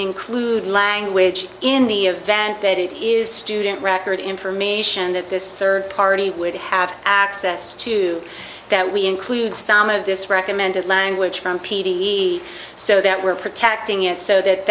include language in the event that it is student record information that this third party would have access to that we include some of this recommended language from p d so that we're protecting it so that